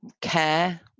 care